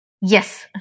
Yes